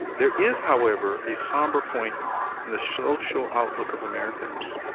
there is however, a somber point in the social outlook of americans.